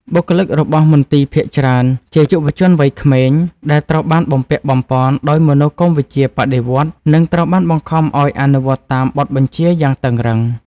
បុគ្គលិករបស់មន្ទីរភាគច្រើនជាយុវជនវ័យក្មេង ដែលត្រូវបានបំពាក់បំប៉នដោយមនោគមវិជ្ជាបដិវត្តន៍ និងត្រូវបានបង្ខំឱ្យអនុវត្តតាមបទបញ្ជាយ៉ាងតឹងរ៉ឹង។